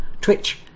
Twitch